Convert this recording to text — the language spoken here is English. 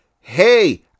Hey